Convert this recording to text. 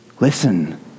Listen